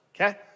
okay